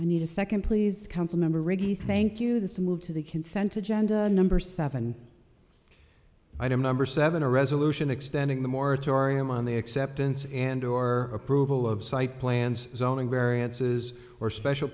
i need a second please council member ready thank you this move to the consent agenda number seven item number seven a resolution extending the moratorium on the acceptance and or approval of site plans zoning variances or special